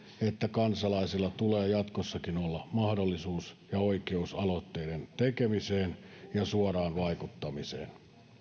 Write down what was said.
että kansalaisilla tulee jatkossakin olla mahdollisuus ja oikeus aloitteiden tekemiseen ja suoraan vaikuttamiseen